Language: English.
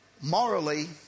morally